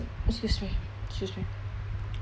excuse me excuse me